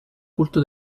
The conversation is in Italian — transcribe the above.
culto